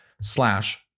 slash